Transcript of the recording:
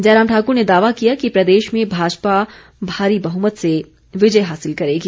जयराम ठाकुर ने दावा किया कि प्रदेश में भाजपा भारी बहुमत से विजय हासिल करेगी